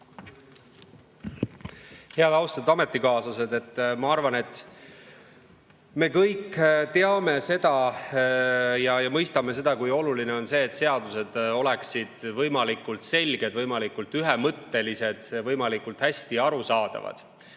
Austatud ametikaaslased! Ma arvan, et me kõik teame seda ja mõistame, kui oluline on see, et seadused oleksid võimalikult selged, võimalikult ühemõttelised, võimalikult hästi arusaadavad.